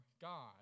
God